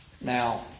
Now